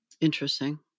Interesting